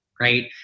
right